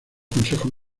consejos